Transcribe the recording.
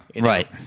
Right